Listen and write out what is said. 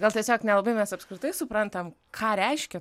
gal tiesiog nelabai mes apskritai suprantam ką reiškia